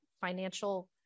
financial